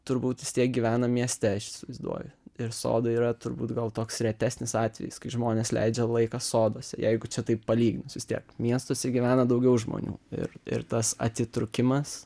turbūt vis tiek gyvena mieste aš įsivaizduoju ir sodai yra turbūt gal toks retesnis atvejis kai žmonės leidžia laiką soduose jeigu čia taip palyginus vis tiek miestuose gyvena daugiau žmonių ir ir tas atitrūkimas